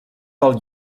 del